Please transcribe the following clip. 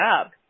up